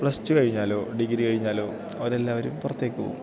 plus two കഴിഞ്ഞാലോ degree കഴിഞ്ഞാലോ അവരെല്ലാവരും പുറത്തേക്കു പോവും